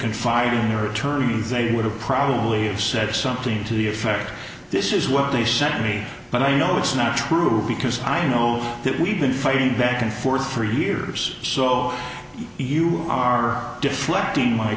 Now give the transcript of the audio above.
confide in your attorney they would have probably have said something to the effect this is what they sent me but i know it's not true because i know that we've been fighting back and forth for years so you are deflecting my